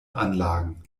anlagen